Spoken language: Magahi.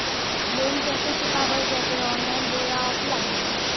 लोन कैसे चुकाबल जयते ऑनलाइन बोया ऑफलाइन?